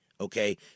okay